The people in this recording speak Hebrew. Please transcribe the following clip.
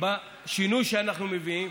בשינוי שאנחנו מביאים,